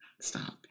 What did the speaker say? Stop